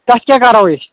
تَتھ کیٛاہ کَرو أسۍ